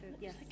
yes